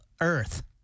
Earth